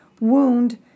wound